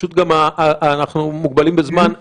פשוט אנחנו מוגבלים בזמן,